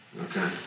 Okay